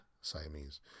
Siamese